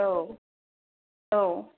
आव आव